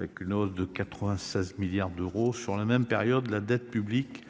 avec une hausse de 96,4 milliards d'euros. La dette publique